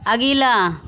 अगिला